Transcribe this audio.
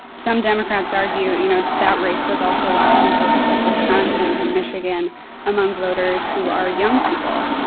some democrats argue, you know, that race was also lost in places like wisconsin and michigan among voters who are young people,